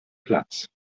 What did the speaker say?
platz